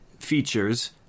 features